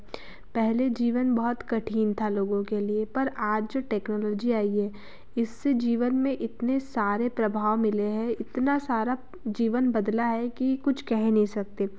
पहले जीवन बहुत कठिन था लोगों के लिए पर आज टेक्नोलॉजी आई है इससे जीवन में इतने सारे प्रभाव मिले हैं इतना सारा जीवन बदला है कि कुछ कह नहीं सकते